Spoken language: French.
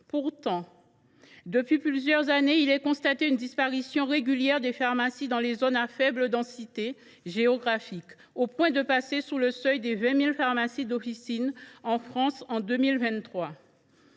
Pourtant, depuis plusieurs années, on constate la disparition régulière des pharmacies dans les zones à faible densité géographique. La France est même passée sous le seuil des 20 000 pharmacies d’officine en 2023.